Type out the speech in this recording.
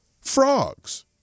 frogs